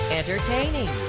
entertaining